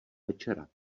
večera